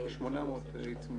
800 עיצומים.